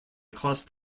cost